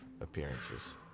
appearances